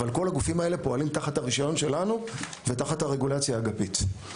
אבל כל הגופים האלה פועלים תחת הרישיון שלנו ותחת הרגולציה האגפית.